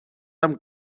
amb